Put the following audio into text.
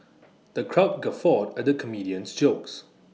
the crowd guffawed at the comedian's jokes